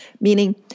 meaning